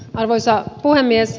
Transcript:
arvoisa puhemies